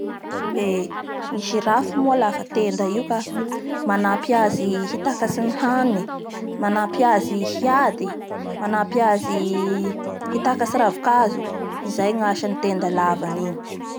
Ee! Ny girafy moa lava tenda io ka. Manampy azy hitakatsy ny haniny. Manampy azy hiady. Manampy azy hitakatsy ravikazo. Izay gny asan'ny tena lavany igny.